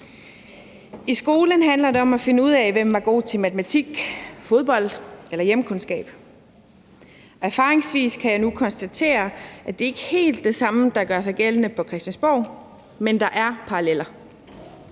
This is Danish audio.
I skolen handler det om at finde ud af, hvem der er gode til matematik, fodbold eller hjemkundskab. Erfaringsvis kan jeg nu konstatere, at det ikke er helt det samme, der gør sig gældende på Christiansborg, men der er paralleller.